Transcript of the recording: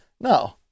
No